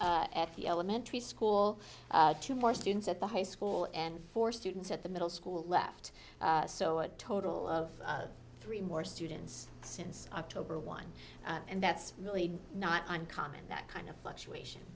students at the elementary school two more students at the high school and four students at the middle school left so a total of three more students since october one and that's really not uncommon that kind of fluctuation